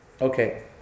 Okay